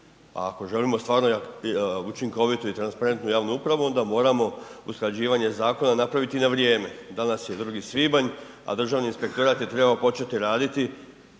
A ako želimo stvarno učinkovitu i transparentnu javnu upravu, onda moramo usklađivanje zakona napraviti na vrijeme. Danas je 2. svibanj, a Državni inspektorat je trebao početi raditi